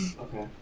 Okay